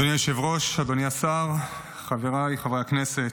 אדוני היושב-ראש, אדוני השר, חבריי חברי הכנסת,